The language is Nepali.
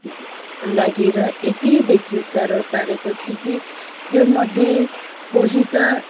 लागेर यति बेसी साह्रो पारेको थियो कि त्योमध्ये कोही त